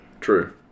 true